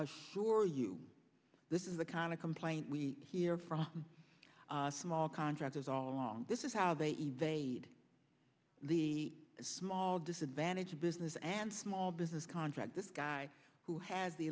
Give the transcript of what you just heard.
assure you this is the kind of complaint we hear from small contractors all along this is how they evade the small disadvantage of business and small business contract this guy who has the